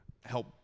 help